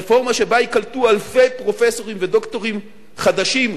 רפורמה שבה ייקלטו אלפי פרופסורים ודוקטורים חדשים,